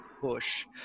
push